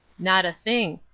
not a thing.